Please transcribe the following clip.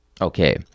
okay